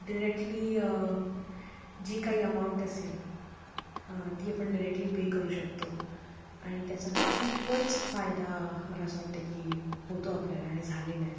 directly जी काही amount असेल ती आपण डायरेक्टली पे करू शकतो आणि त्याचा खूपच फायदा मला असं वाटतं आहे की होतो आपल्याला आणि झालेलंय